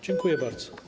Dziękuję bardzo.